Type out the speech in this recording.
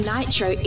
Nitro